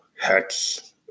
hex